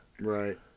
Right